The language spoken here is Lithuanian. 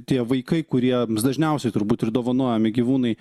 tie vaikai kuriems dažniausiai turbūt ir dovanojami gyvūnai